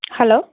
hello